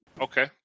Okay